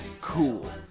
cool